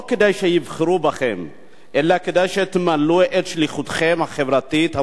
לא כדי שיבחרו בכם אלא כדי שתמלאו את שליחותכם החברתית המוסרית.